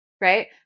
Right